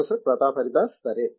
professor Pratap Haridas సరే